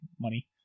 money